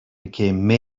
became